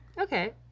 Okay